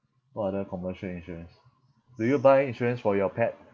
what other commercial insurance do you buy insurance for your pet